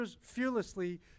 fearlessly